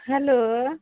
hello